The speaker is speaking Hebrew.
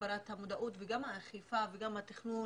הגברת המודעות, אכיפה, תכנון